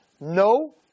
No